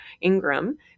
Ingram